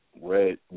Red